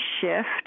shift